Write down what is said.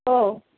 हो